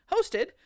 hosted